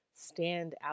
standout